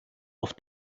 auf